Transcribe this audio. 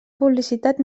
publicitat